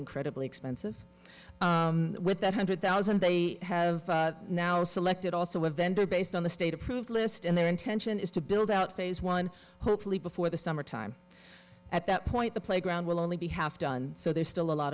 incredibly expensive with that hundred thousand they have now selected also a vendor based on the state approved list and their intention is to build out phase one hopefully before the summer time at that point the playground will only be half done so there's still a lot